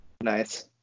Nice